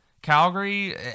Calgary